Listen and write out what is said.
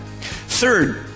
Third